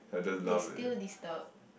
they still disturb